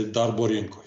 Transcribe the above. darbo rinkoj